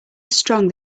strong